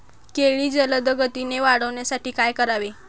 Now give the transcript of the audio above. केळी जलदगतीने वाढण्यासाठी काय करावे?